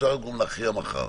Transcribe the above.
אפשר גם להכריע מחר.